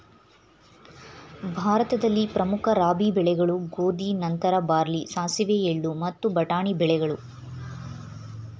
ಭಾರತದಲ್ಲಿ ಪ್ರಮುಖ ರಾಬಿ ಬೆಳೆಗಳು ಗೋಧಿ ನಂತರ ಬಾರ್ಲಿ ಸಾಸಿವೆ ಎಳ್ಳು ಮತ್ತು ಬಟಾಣಿ ಬೆಳೆಗಳು